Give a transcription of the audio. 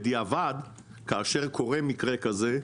בדיעבד, כאשר קורה מקרה כזה,